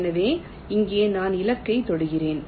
எனவே இங்கே நான் இலக்கைத் தொடுகிறேன்